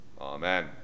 Amen